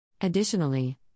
Additionally